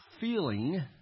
feeling